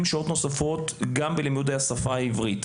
שעות נוספות גם בלימודי השפה העברית.